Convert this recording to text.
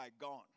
gone